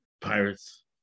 Pirates